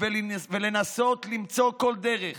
ולנסות למצוא כל דרך